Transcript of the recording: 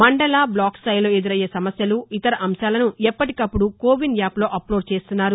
మండల బ్లాక్ స్థాయిలో ఎదురయ్యే సమస్యలు ఇతర అంశాలను ఎప్పటికప్పుడు కొవిన్ యాప్ లో అవ్ లోడ్ చేస్తున్నారు